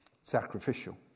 sacrificial